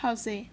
how to say